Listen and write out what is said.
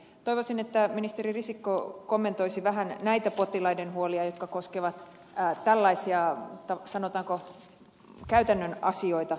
toivoisin että ministeri risikko kommentoisi vähän näitä potilaiden huolia jotka koskevat tällaisia sanotaanko käytännön asioita